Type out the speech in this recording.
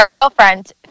girlfriend